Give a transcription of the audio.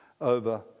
over